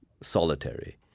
solitary